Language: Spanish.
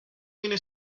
tiene